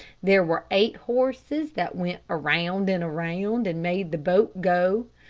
there were eight horses that went around and around, and made the boat go.